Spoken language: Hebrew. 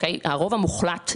הרוב המוחלט,